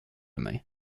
mains